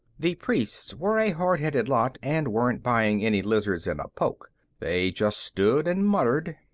the priests were a hard-headed lot and weren't buying any lizards in a poke they just stood and muttered.